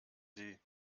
sie